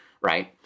right